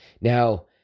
Now